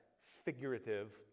figurative